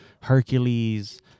Hercules